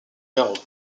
garrot